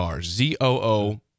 Z-O-O